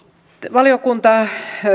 valiokunta